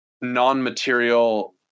non-material